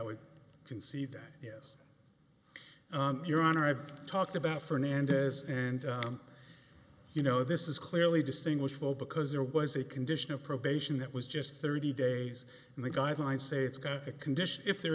would concede that yes your honor i've talked about fernandez and you know this is clearly distinguished well because there was a condition of probation that was just thirty days in the guidelines say it's a condition if there